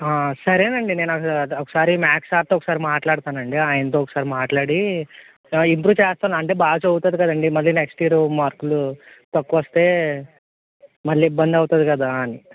సరే అండి నేను ఒకసారి మ్యాథ్స్ సార్తో ఒకసారి మాట్లాడతాను అండి ఆయనతో ఒకసారి మాట్లాడి ఇంప్రూవ్ చేస్తాను అంటే బాగా చదువుతుంది కదండి మళ్ళీ నెక్స్ట్ ఇయర్ మార్కులు తక్కువ వస్తే మళ్ళీ ఇబ్బంది అవుతుంది కదా అని